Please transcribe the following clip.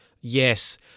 yes